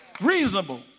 Reasonable